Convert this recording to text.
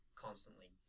constantly